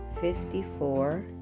Fifty-four